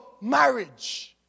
marriage